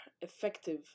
effective